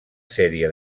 sèrie